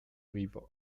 river